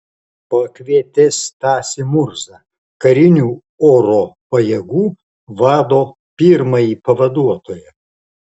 pakvietė stasį murzą karinių oro pajėgų vado pirmąjį pavaduotoją